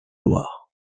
loir